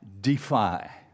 defy